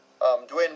Dwayne